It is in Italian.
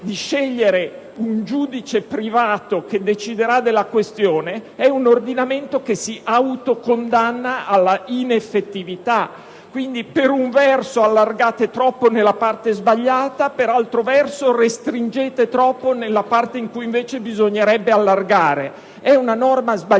di scegliere un giudice privato che deciderà dell'eventuale controversia in proposito è un ordinamento che si autocondanna alla ineffettività. Quindi, per un verso allargate troppo nella parte sbagliata. Per altro verso, restringete troppo nella parte in cui bisognerebbe invece allargare. È una norma sbagliata.